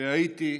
בהאיטי,